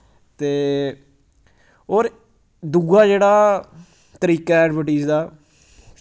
ते होर दूआ जेह्ड़ा तरीका ऐ एडवरटीज दा